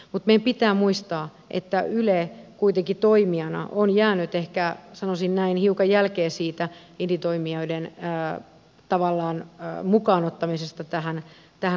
meidän pitää muistaa että yle kuitenkin toimijana on jäänyt ehkä sanoisin näin hiukan jälkeen siitä indie toimijoiden tavallaan mukaan ottamisesta tähän kuvioon